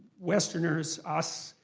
westerners, us,